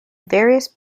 various